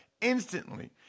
instantly